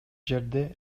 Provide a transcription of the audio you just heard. жерде